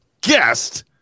guest